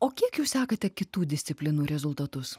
o kiek jūs sekate kitų disciplinų rezultatus